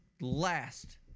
last